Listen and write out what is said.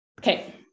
Okay